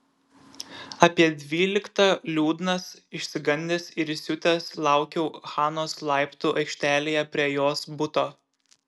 apie dvyliktą liūdnas išsigandęs ir įsiutęs laukiau hanos laiptų aikštelėje prie jos buto